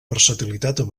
versatilitat